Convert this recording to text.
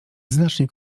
znacznie